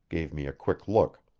gave me a quick look.